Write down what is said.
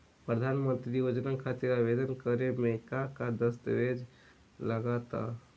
प्रधानमंत्री योजना खातिर आवेदन करे मे का का दस्तावेजऽ लगा ता?